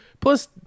plus